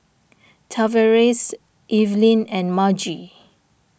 Tavares Evelyn and Margy